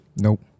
Nope